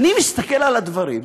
אני מסתכל על הדברים,